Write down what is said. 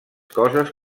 coses